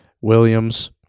Williams